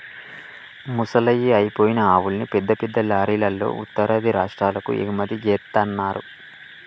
ముసలయ్యి అయిపోయిన ఆవుల్ని పెద్ద పెద్ద లారీలల్లో ఉత్తరాది రాష్టాలకు ఎగుమతి జేత్తన్నరు